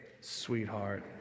Sweetheart